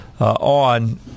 on